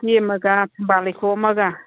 ꯐꯤꯒꯦꯃꯒ ꯊꯝꯕꯥꯜ ꯂꯩꯈꯣꯛ ꯑꯃꯒ